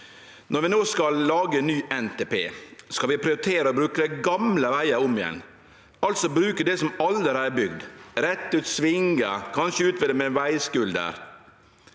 «Når vi nå skal lage ny NTP skal vi prioritere å bruke gamle veier om igjen, altså bruke det som allerede er bygd, rette ut svinger, kanskje utvide med en veiskulder.»